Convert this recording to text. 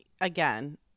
Again